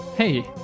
Hey